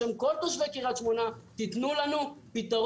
בשם כל תושבי קריית שמונה: תיתנו לנו פתרון.